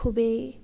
খুবেই